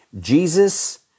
Jesus